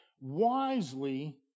wisely